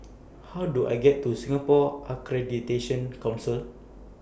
How Do I get to Singapore Accreditation Council